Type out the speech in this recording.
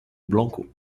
blanco